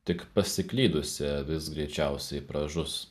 tik pasiklydusi avis greičiausiai pražus